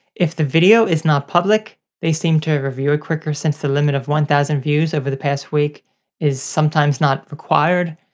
if the video is not public, they seem to review it quicker since the limit of one thousand views over the past week is sometimes not required.